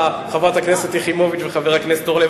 חברת הכנסת יחימוביץ וחבר הכנסת אורלב?